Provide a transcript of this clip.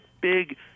big